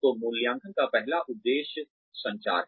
तो मूल्यांकन का पहला उद्देश्य संचार है